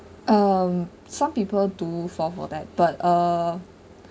um some people do fall for that but uh